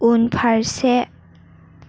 उनफारसे